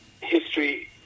history